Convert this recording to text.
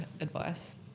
advice